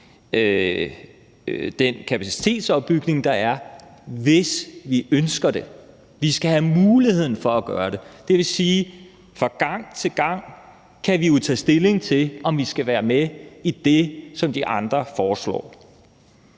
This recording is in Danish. den kapacitetsopbygning, der er, hvis vi ønsker det. Vi skal have muligheden for at gøre det. Det vil sige, at vi fra gang til gang kan tage stilling til, om vi skal være med i det, som de andre foreslår,